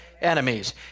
enemies